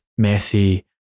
Messi